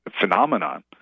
phenomenon